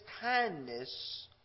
kindness